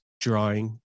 drawing